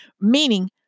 meaning